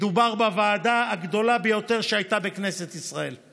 מדובר בוועדה הגדולה ביותר שהייתה בכנסת ישראל,